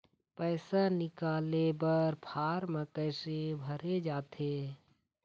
पैसा निकाले बर फार्म कैसे भरे जाथे?